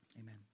Amen